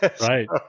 Right